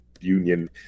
union